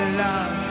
love